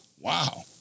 wow